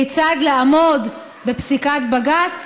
כיצד לעמוד בפסיקת בג"ץ.